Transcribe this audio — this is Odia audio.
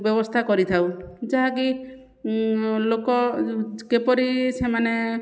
ବ୍ୟବସ୍ଥା କରିଥାଉ ଯାହାକି ଲୋକ କିପରି ସେମାନେ